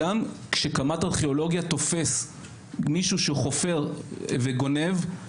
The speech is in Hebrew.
גם כשקמ"ט ארכיאולוגיה תופס מישהו שהוא חופר וגונב,